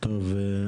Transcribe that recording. טוב,